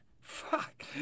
Fuck